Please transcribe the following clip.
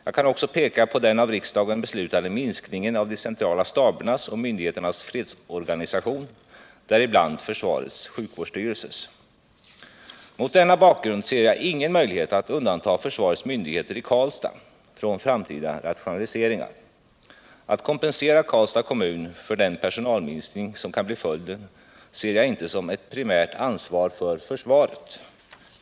Jag kan också peka på den av riksdagen beslutade minskningen av de centrala stabernas och myndigheternas fredsorganisation, däribland försvarets sjukvårdsstyrelses. Mot denna bakgrund ser jag ingen möjlighet att undanta försvarets myndigheter i Karlstad från framtida rationaliseringar. Att kompensera Karlstads kommun för den personalminskning som kan bli följden ser jag inte som ett primärt ansvar för försvaret.